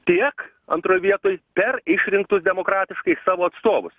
tiek antroje vietoj per išrinktus demokratiškai savo atstovus